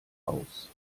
aus